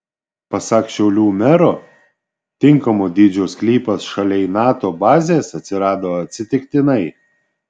pasak šiaulių mero tinkamo dydžio sklypas šaliai nato bazės atsirado atsitiktinai